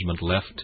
left